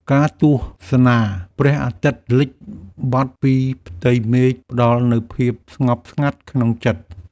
ការទស្សនាព្រះអាទិត្យលិចបាត់ពីផ្ទៃមេឃ ផ្តល់នូវភាពស្ងប់ស្ងាត់ក្នុងចិត្ត។